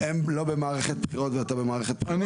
הם לא במערכת בחירות ואתה במערכת בחירות.